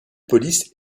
police